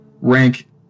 rank